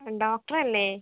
ഡോക്ടറല്ലേ